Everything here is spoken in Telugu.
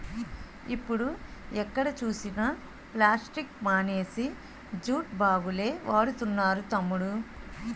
ఇప్పుడు ఎక్కడ చూసినా ప్లాస్టిక్ మానేసి జూట్ బాగులే వాడుతున్నారు తమ్ముడూ